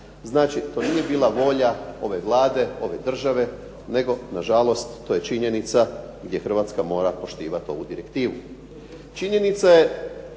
Znači to nije bila volja ove Vlade, ove države, nego nažalost to je činjenica gdje Hrvatska mora poštivati ovu direktivu. Činjenica je